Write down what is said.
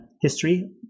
history